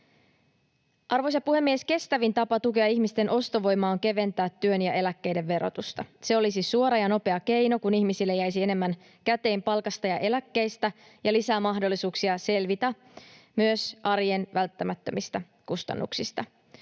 Arvoisa puhemies! Kestävin tapa tukea ihmisten ostovoimaa on keventää työn ja eläkkeiden verotusta. Se olisi suora ja nopea keino, kun ihmisille jäisi enemmän käteen palkasta ja eläkkeistä, ja lisäisi mahdollisuuksia selvitä myös arjen välttämättömistä kustannuksista.